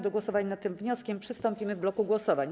Do głosowania nad tym wnioskiem przystąpimy w bloku głosowań.